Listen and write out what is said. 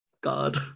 god